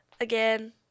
again